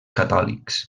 catòlics